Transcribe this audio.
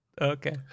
Okay